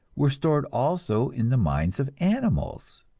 were stored also in the minds of animals!